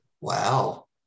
Wow